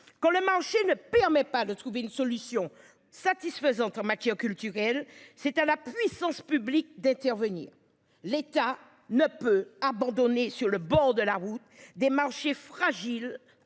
Quand le marché ne permet pas de trouver une solution satisfaisante en matière culturelle. C'est à la puissance publique d'intervenir. L'État ne peut abandonner sur le bord de la route des marchés fragiles